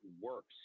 works